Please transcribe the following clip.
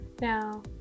Now